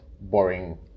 boring